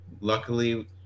luckily